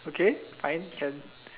okay fine can